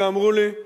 ואמרו לי: